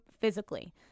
physically